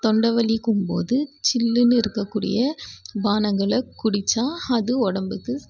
தொண்டை வலிக்கும்போது சில்லுனு இருக்கக்கூடிய பானங்களை குடித்தா அது உடம்புக்கு